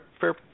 fair